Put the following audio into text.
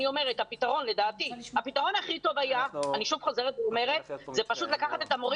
הפתרון הכי טוב היה זה פשוט לקחת את המורים